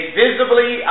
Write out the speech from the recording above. visibly